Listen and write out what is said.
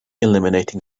eliminating